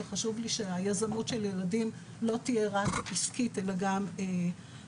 וחשוב לי שהיזמות של ילדים לא תהיה רק עסקית אלא גם חברתית.